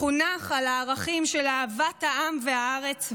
חונך על ערכים של אהבת העם והארץ,